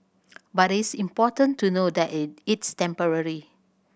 but it's important to know that it's temporary